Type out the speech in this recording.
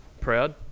Proud